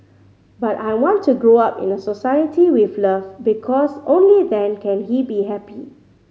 but I want to grow up in a society with love because only then can he be happy